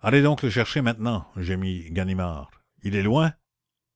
allez donc le chercher maintenant gémit ganimard il est loin